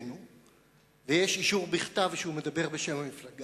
אנחנו אפילו מרחיקים לכת ומדברים על פתרון.